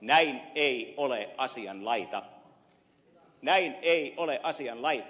näin ei ole asianlaita näin ei ole asianlaita